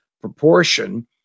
proportion